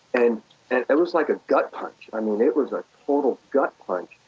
and and it was like a gut punch. i mean it was a total gut punch.